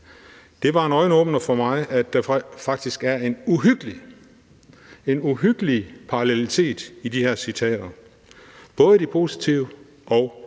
Det var en øjenåbner for mig, at der faktisk er en uhyggelig parallelitet i de her citater, både de positive og de